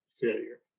failure